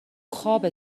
خوابه